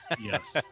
Yes